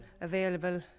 available